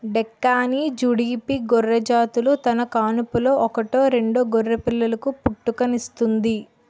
డెక్కాని, జుడిపి గొర్రెజాతులు తన కాన్పులో ఒకటో రెండో గొర్రెపిల్లలకు పుట్టుకనిస్తుంది